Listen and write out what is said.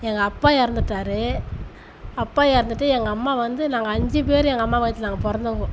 எங்கப்பா இறந்துட்டாரு அப்பா இறந்துட்டு எங்கள் அம்மா வந்து நாங்கள் அஞ்சு பேர் எங்கள் அம்மா வயற்றுல நாங்கள் பிறந்தவங்கோ